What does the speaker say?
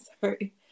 sorry